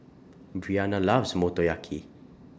Breanna loves Motoyaki